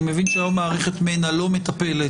אני מבין שהיום מערכת מנ"ע לא מטפלת